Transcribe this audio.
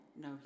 no